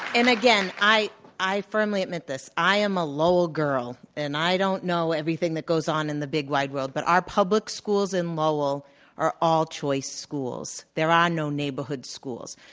and again, i i firmly admit this. i am a lowell girl, and i don't know everything that goes on in the big wide world. but our public schools in lowell are all choice schools. there are no neighborhood schools.